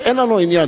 ואין לנו עניין.